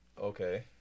Okay